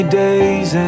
days